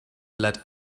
let